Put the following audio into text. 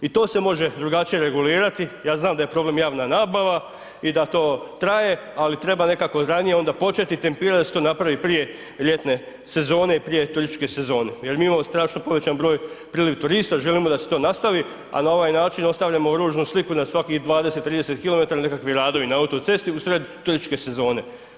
I to se može drugačije regulirati, ja znam da je problem javna nabava i da to traje ali treba nekako ranije onda početi tempirati da se to napravi prije ljetne sezone i prije turističke sezone jer mi imamo strašno povećan broj, priliv turista, želimo da se to nastavi a na ovaj način ostavljamo ružnu sliku na svakih 20, 30km nekakvi radovi na autocesti u sred turističke sezone.